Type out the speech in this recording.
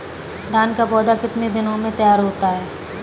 धान का पौधा कितने दिनों में तैयार होता है?